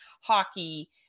hockey